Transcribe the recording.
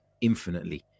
infinitely